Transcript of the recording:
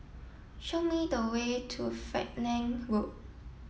show me the way to Falkland Road